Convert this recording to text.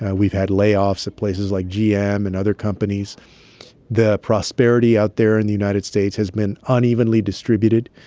ah we've had layoffs at places like gm and other companies the prosperity out there in the united states has been unevenly distributed,